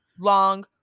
long